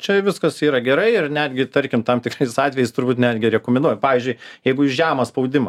čia viskas yra gerai ir netgi tarkim tam tikrais atvejais turbūt netgi rekomenduoju pavyzdžiui jeigu jūs žemą spaudimą